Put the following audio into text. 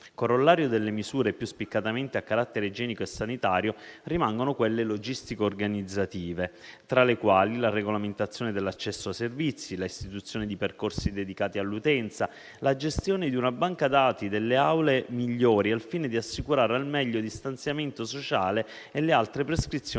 Corollario delle misure più spiccatamente a carattere igienico e sanitario rimangono quelle logistiche e organizzative, tra le quali: la regolamentazione dell'accesso ai servizi; l'istituzione di percorsi dedicati all'utenza; la gestione di una banca dati delle aule migliori, al fine di assicurare al meglio il distanziamento sociale e le altre prescrizioni